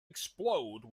explode